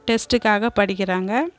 டெஸ்ட்டுக்காக படிக்கிறாங்க